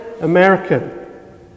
American